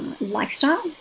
lifestyle